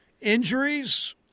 Injuries